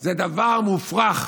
זה דבר מופרך,